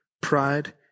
pride